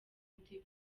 undi